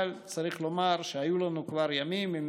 אבל צריך לומר שהיו לנו כבר ימים עם